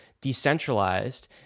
decentralized